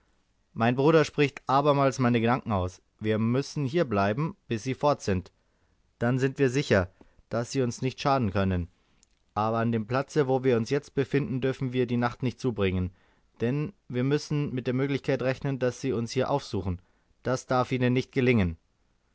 mein bruder spricht abermals meine gedanken aus wir müssen hier bleiben bis sie fort sind dann sind wir sicher daß sie uns nicht schaden können aber an dem platze wo wir uns jetzt befinden dürfen wir die nacht nicht zubringen denn wir müssen mit der möglichkeit rechnen daß sie uns hier aufsuchen das darf ihnen nicht gelingen